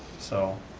so,